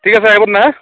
ঠিক আছে আহিব তেনে হা